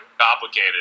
complicated